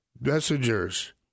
messengers